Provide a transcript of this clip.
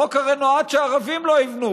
החוק הרי נועד שערבים לא יבנו.